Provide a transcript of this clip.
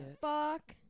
Fuck